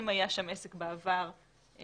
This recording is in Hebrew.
אם היה שם עסק בעבר דומה,